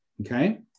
Okay